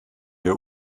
der